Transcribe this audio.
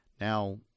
Now